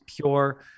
pure